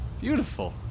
Beautiful